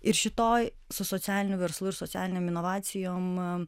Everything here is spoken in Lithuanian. ir šitoj su socialiniu verslu ir socialinėm inovacijom